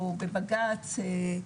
או בבג"צ,